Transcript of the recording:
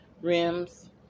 rims